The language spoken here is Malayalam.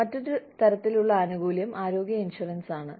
മറ്റൊരു തരത്തിലുള്ള ആനുകൂല്യം ആരോഗ്യ ഇൻഷുറൻസ് ആണ്